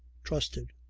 trusted!